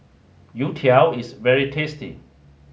Youtiao is very tasty